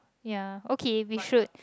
ya okay we should